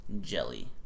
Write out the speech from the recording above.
jelly